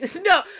no